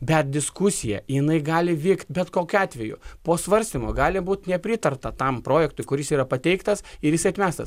bet diskusija jinai gali vykt bet kokiu atveju po svarstymo gali būt nepritarta tam projektui kuris yra pateiktas ir jisai atmestas